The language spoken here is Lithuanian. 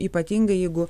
ypatingai jeigu